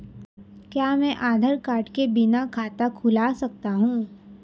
क्या मैं आधार कार्ड के बिना खाता खुला सकता हूं?